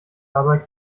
dabei